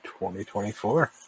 2024